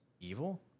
evil